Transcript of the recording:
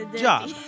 job